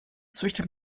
züchtet